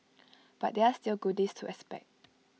but there are still goodies to expect